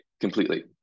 completely